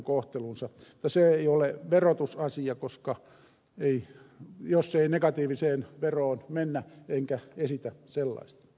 mutta se ei ole verotusasia ellei negatiiviseen veroon mennä enkä esitä sellaista